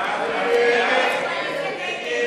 מנואל טרכטנברג,